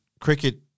cricket